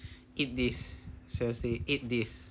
eat this seriously eat this